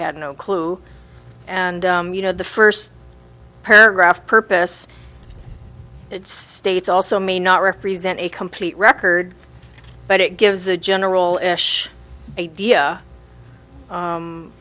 had no clue and you know the first paragraph purpose it's states also may not represent a complete record but it gives a general i